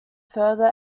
further